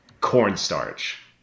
cornstarch